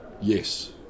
Yes